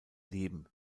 leben